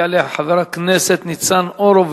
יעלה חבר הכנסת ניצן הורוביץ.